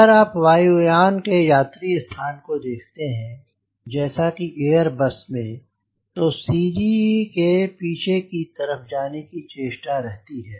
अगर आप वायु यान के यात्री स्थान को देखते हैं जैसे कि एयर बस में तो सी जी के पीछे की तरफ जाने की चेष्टा रहती है